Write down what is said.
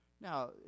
Now